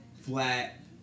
flat